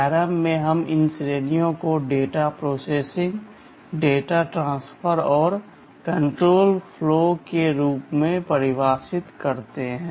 ARM में हम इन श्रेणियों को डेटा प्रोसेसिंग डेटा ट्रांसफर और कंट्रोल फ्लो के रूप में परिभाषित करते हैं